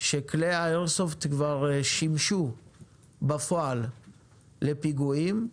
שכלי האיירסופט כבר שימשו בפועל לפיגועים,